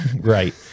Right